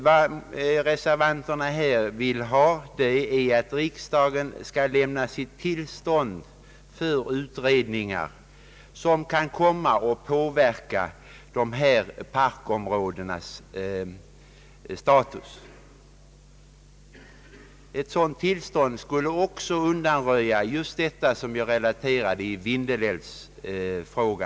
Vad reservanterna här vill är att riksdagen skall lämna tillstånd till utredningar som kan komma att påverka dessa parkområdens status. En sådan tillståndsgivning skulle också undanröja detta som jag relaterade beträffande Vindelälven.